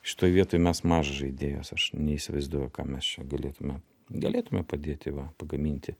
šitoj vietoj mes maža idėjos aš neįsivaizduoju ką mes čia galėtume galėtume padėti va pagaminti